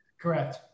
Correct